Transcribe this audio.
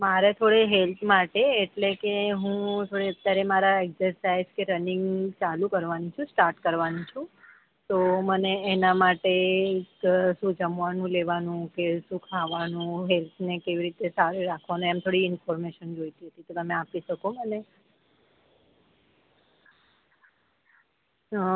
મારે થોડી હેલ્પ માટે એટલે કે હું અત્યારે મારા એક્સરસાઈઝ કે રનિંગ ચાલુ કરવાની છું સ્ટાર્ટ કરવાની છું તો મને એના માટે શું જમવાનું લેવાનું કે શું ખાવાનું હેલ્થને કેવી રીતે સારી રાખવાની એમ થોડીક ઈન્ફોર્મેશન જોઈતી હતી તો તમે આપી શકો મને